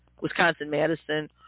Wisconsin-Madison